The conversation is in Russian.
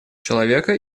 человека